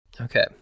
Okay